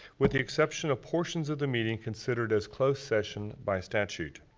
with the exception of portions of the meeting considered as closed session by statute.